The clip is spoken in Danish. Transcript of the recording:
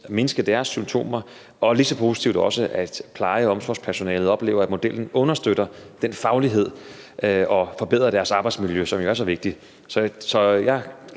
mindske deres symptomer, og lige så positivt, at pleje- og omsorgspersonalet også oplever, at modellen understøtter deres faglighed og forbedrer deres arbejdsmiljø, som jo er så vigtigt.